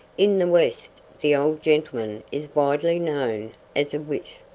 in the west the old gentleman is widely known as a wit.